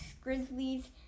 Grizzlies